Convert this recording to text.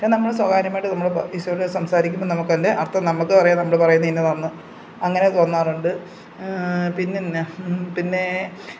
പക്ഷെ നമ്മൾ സ്വകാര്യമായിട്ട് നമ്മൾ ഈശോയോട് സംസാരിക്കുമ്പോൾ നമ്മുക്കതിൻ്റെ അർത്ഥം നമ്മുക്കുമറിയാം നമ്മൾ പറയുന്നത് ഇന്നതാണെന്ന് അങ്ങനെ തോന്നാറുണ്ട് പിന്നെന്താ പിന്നേ